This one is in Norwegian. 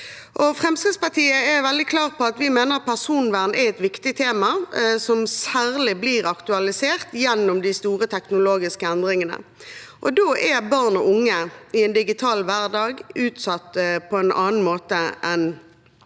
Fremskrittspartiet er veldig klare på at vi mener personvern er et viktig tema som særlig blir aktualisert gjennom de store teknologiske endringene. Barn og unge er i en digital hverdag utsatt på en annen måte enn